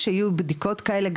שיהיו בדיקות כאלה,